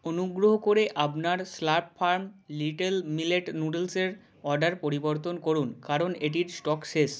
অনুগ্রহ করে আপনার স্লার্প ফার্ম লিটল মিলেট নুডলসের অর্ডার পরিবর্তন করুন কারণ এটির স্টক শেষ